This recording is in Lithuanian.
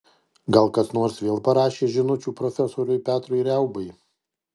gal kas nors vėl parašė žinučių profesoriui petrui riaubai